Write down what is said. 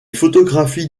photographies